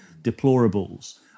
deplorables